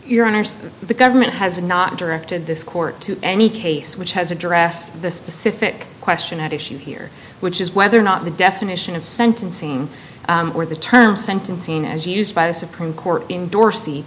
honour's the government has not directed this court to any case which has addressed the specific question at issue here which is whether or not the definition of sentencing or the term sentencing as used by the supreme court in dorse